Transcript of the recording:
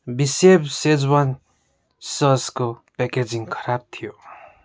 be safe Schezwan ससको packaging खराब थियो